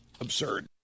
absurd